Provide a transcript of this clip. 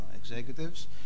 executives